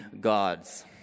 gods